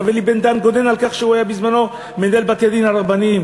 הרב אלי בן-דהן גונן על כך כשהוא היה בזמנו מנהל בתי-הדין הרבניים,